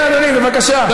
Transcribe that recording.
כן, אדוני, בבקשה.